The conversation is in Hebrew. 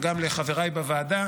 וגם לחבריי בוועדה.